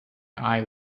eye